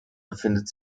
befindet